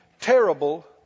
terrible